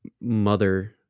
mother